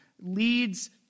leads